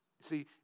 See